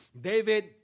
David